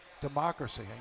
democracy